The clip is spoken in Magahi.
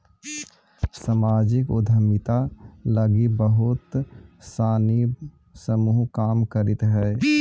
सामाजिक उद्यमिता लगी बहुत सानी समूह काम करित हई